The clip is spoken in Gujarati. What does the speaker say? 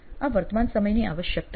આ વર્તમાન સમયની આવશ્યકતા છે